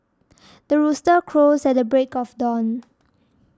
the rooster crows at the break of dawn